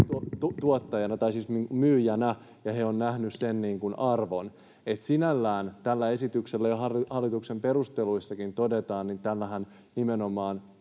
myyjänä, ja he ovat nähneet sen arvon, eli sinällään tällä esityksellä, kuten hallituksen perusteluissakin todetaan, nimenomaan